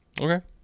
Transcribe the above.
Okay